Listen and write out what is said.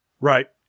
Right